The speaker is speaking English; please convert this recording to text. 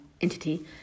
entity